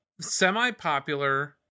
semi-popular